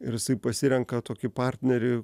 ir pasirenka tokį partnerį